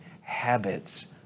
habits